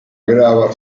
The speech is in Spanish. graba